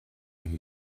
who